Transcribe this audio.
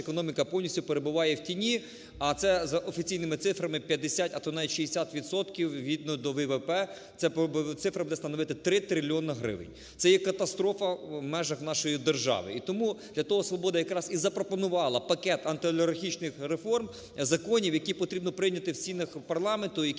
економіка повністю перебуває в тіні, а це за офіційними цифрами - 50, а то навіть 60 відсотків, відвовідно до ВВП, ця цифра буде становити 3 трильйони гривень. Це є катастрофа в межах нашої держави. І тому для того "Свобода" якраз і запропонувала пакет антиолігархічних реформ, законів, які потрібно прийняти в стінах парламенту,